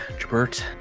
Jabert